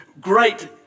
great